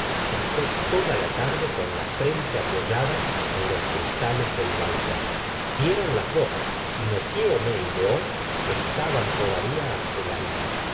pasó toda la tarde con la frente apoyada en los cristales del balcón f dieron las dos y m homais y león estaban todavía ante la mesa